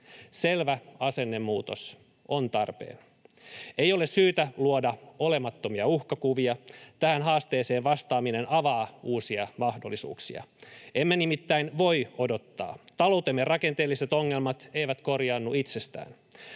Selvä asennemuutos on tarpeen. Ei ole syytä luoda olemattomia uhkakuvia. Tähän haasteeseen vastaaminen avaa uusia mahdollisuuksia. Emme nimittäin voi odottaa. Taloutemme rakenteelliset ongelmat eivät korjaannu itsestään.